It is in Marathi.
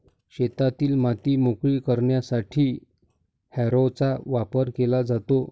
शेतातील माती मोकळी करण्यासाठी हॅरोचा वापर केला जातो